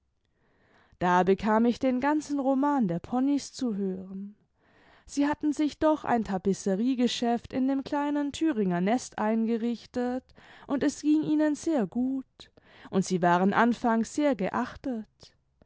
da bekam ich den ganzen roman der ponys zu hören sie hatten sich doch ein tapisseriegeschäft in dem kleinen thüringer nest eingerichtet und es ging ihnen sehr gut und sie waren anfangs sehr geachtet